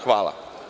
Hvala.